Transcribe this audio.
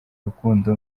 rukundo